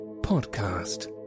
podcast